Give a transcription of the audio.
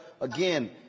again